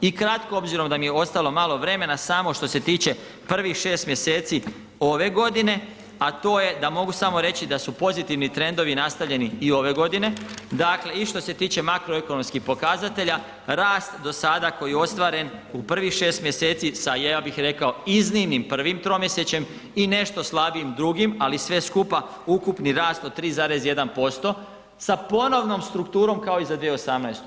I kratko, obzirom da mi je ostalo malo vremena, samo što se tiče prvih 6 mjeseci ove godine, a to je da mogu samo reći da su pozitivni trendovi nastavljeni i ove godine, dakle i što se tiče makroekonomskih pokazatelja, rast koji je do sada ostvaren u prvih 6 mjeseci sa, ja bih rekao, iznimnim prvim tromjesečjem i nešto slabijim drugim, ali sve skupa ukupni rast od 3,1% sa ponovnom strukturom kao i za 2018.